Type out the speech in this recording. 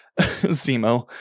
Zemo